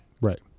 right